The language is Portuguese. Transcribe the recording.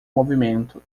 movimento